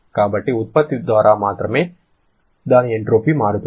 కాబట్టి ఉత్పత్తి ద్వారా మాత్రమే దాని ఎంట్రోపీ మారుతుంది